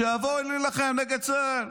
שיבואו להילחם נגד צה"ל.